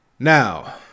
Now